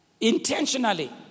intentionally